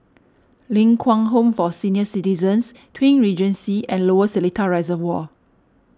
Ling Kwang Home for Senior Citizens Twin Regency and Lower Seletar Reservoir